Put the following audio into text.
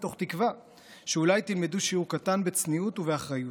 מתוך תקווה שאולי תלמדו שיעור קטן בצניעות ובאחריות.